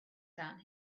down